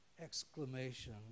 exclamation